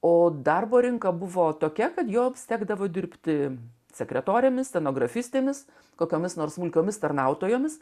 o darbo rinka buvo tokia kad joms tekdavo dirbti sekretorėmis stenografistėmis kokiomis nors smulkiomis tarnautojomis